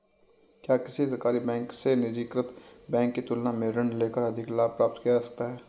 क्या किसी सरकारी बैंक से निजीकृत बैंक की तुलना में ऋण लेकर अधिक लाभ प्राप्त किया जा सकता है?